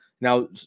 now –